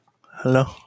Hello